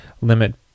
limit